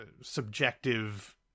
subjective